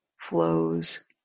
flows